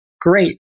great